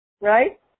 Right